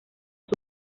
sus